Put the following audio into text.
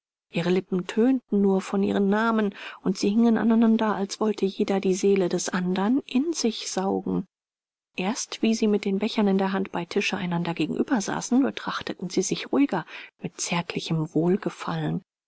ihre lippen tönten nur von ihren namen und sie hingen aneinander als wollte jeder die seele des andern in sich saugen erst wie sie mit den bechern in der hand bei tische einander gegenüber saßen betrachteten sie sich ruhiger mit zärtlichem wohlgefallen